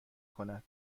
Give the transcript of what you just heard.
کند